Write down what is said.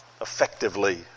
Effectively